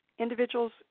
Individuals